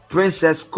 Princess